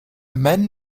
man